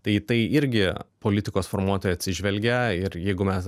tai į tai irgi politikos formuotojai atsižvelgia ir jeigu mes